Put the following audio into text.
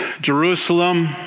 Jerusalem